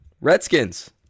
Redskins